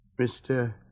Mr